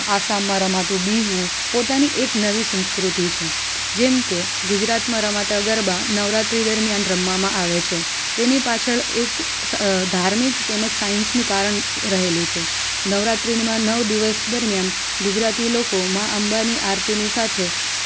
આસામમાં રમાતું બિહુ પોતાની એક નવી સંસ્કૃતિ છે જેમકે ગુજરાતમાં રમાતા ગરબા નવરાત્રિ દરમિયાન રમવામાં આવે છે તેની પાછળ એક ધાર્મિક તેમજ સાયન્સનું કારણ રહેલું છે નવરાત્રિમાં નવ દિવસ દરમિયાન ગુજરાતી લોકો મા અંબાની આરતીની સાથે